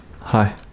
Hi